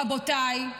רבותיי,